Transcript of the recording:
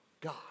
God